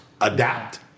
adapt